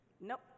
Nope